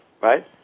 Right